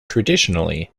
traditionally